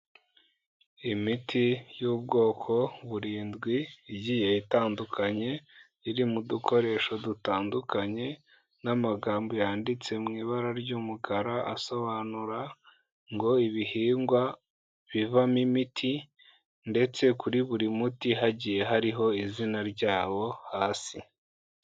Imiti y'ubwoko burindwi igiye itandukanye, iri mu dukoresho dutandukanye, n'amagambo yanditse mu ibara ry'umukara asobanura ngo "ibihingwa bivamo imiti", ndetse kuri buri muti hagiye hariho izina ryawo hasi.